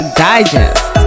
digest